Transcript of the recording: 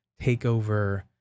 takeover